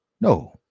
No